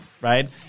right